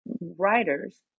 writers